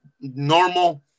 normal